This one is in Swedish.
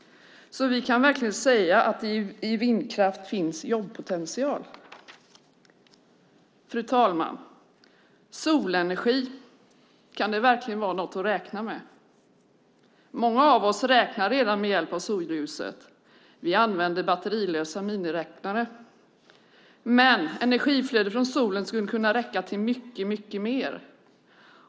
Vi kan alltså verkligen säga att det finns jobbpotential i vindkraften. Fru talman! Solenergi - kan det verkligen vara något att räkna med? Många av oss räknar redan med hjälp av solljuset - vi använder batterilösa miniräknare. Men energiflödet från solen skulle kunna räcka till mycket mer.